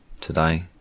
Today